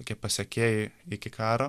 tokie pasekėjai iki karo